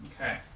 Okay